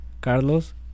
Carlos